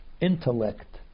intellect